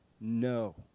No